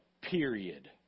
period